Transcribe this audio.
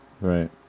right